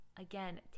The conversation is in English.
again